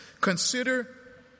Consider